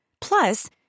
Plus